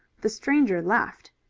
the stranger laughed.